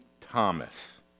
Thomas